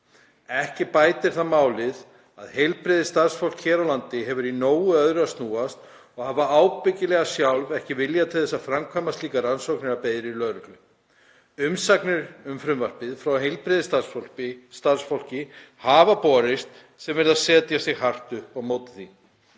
Ekki bætir það málið að heilbrigðisstarfsfólk hér á landi hefur í nógu öðru að snúast og hafa ábyggilega sjálf ekki vilja til þess að framkvæma slíkar rannsóknir að beiðni lögreglu. Umsagnir um frumvarpið frá heilbrigðisstarfsfólki hafa borist sem virðast setja sig hart upp á móti því.“